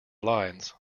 lines